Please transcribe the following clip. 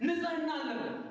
no no no